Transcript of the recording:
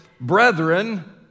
brethren